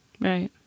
right